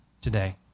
today